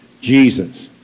Jesus